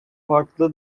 farklı